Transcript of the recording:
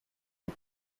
les